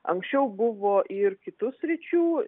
anksčiau buvo ir kitų sričių